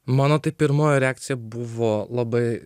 mano tai pirmoji reakcija buvo labai